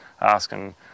asking